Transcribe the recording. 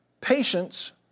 patience